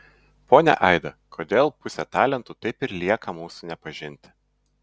ponia aida kodėl pusė talentų taip ir lieka mūsų nepažinti